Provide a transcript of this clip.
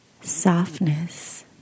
softness